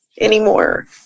anymore